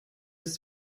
ist